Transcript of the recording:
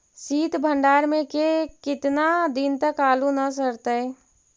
सित भंडार में के केतना दिन तक आलू न सड़तै?